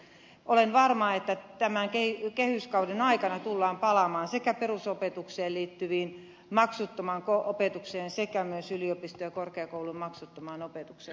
olen varma että tämän kehyskauden aikana tullaan palaamaan sekä perusopetukseen liittyvään maksuttomaan opetukseen sekä myös yliopisto ja korkeakoulujen maksuttomaan opetukseen